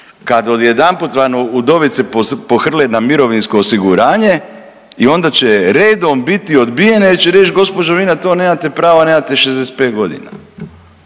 razumije./... udovice pohrle na mirovinsko osiguranje i onda će redom biti odbijene jer će reći gospođo, vi na to nemate pravo, nemate 65. godina